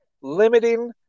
limiting